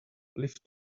live